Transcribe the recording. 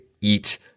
eat